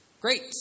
Great